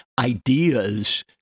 ideas